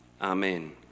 Amen